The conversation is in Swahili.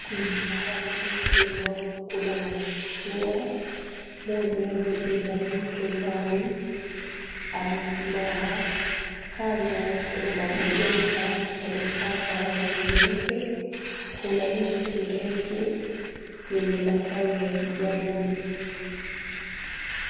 Kwenye bahari hii kubwa kuna mashua moja imebeba mtu ndani amesimama. Kando kuna maghorofa yamepakwa rangi nyeupe. Kuna miti mirefu yenye matawi ya kijani.